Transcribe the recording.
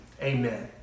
Amen